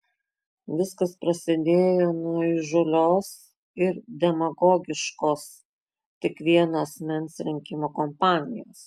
viskas prasidėjo nuo įžūlios ir demagogiškos tik vieno asmens rinkimų kampanijos